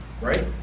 right